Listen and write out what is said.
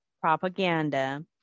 propaganda